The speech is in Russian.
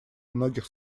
многих